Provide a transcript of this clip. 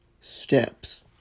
steps